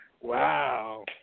Wow